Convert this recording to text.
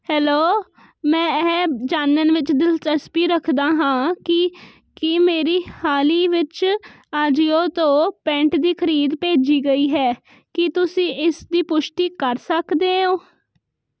hello ਮੈਂ ਇਹ ਜਾਣਨ ਵਿੱਚ ਦਿਲਚਸਪੀ ਰੱਖਦਾ ਹਾਂ ਕਿ ਕੀ ਮੇਰੀ ਹਾਲ ਹੀ ਵਿੱਚ ਆਜੀਓ ਤੋਂ ਪੈਂਟ ਦੀ ਖਰੀਦ ਭੇਜੀ ਗਈ ਹੈ ਕੀ ਤੁਸੀਂ ਇਸ ਦੀ ਪੁਸ਼ਟੀ ਕਰ ਸਕਦੇ ਹੋ